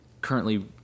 currently